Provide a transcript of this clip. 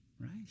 right